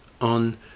on